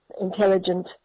intelligent